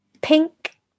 pink